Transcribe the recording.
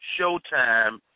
Showtime